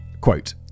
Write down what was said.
Quote